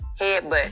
headbutt